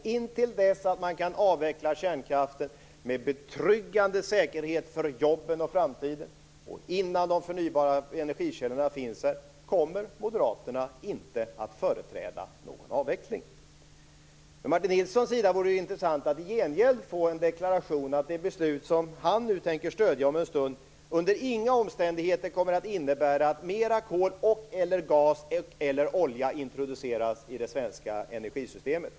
Intill dess att man kan avveckla kärnkraften med betryggande säkerhet för jobben och framtiden, och innan de förnybara energikällorna finns, kommer Moderaterna inte att företräda någon avveckling. Det vore intressant att i gengläd från Martin Nilssons sida få en deklaration om att det beslut som han tänker stödja om en stund under inga omständigheter kommer att innebära att mer kol och eller olja introduceras i det svenska energisystemet.